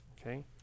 okay